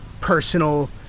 personal